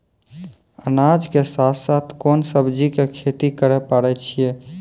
अनाज के साथ साथ कोंन सब्जी के खेती करे पारे छियै?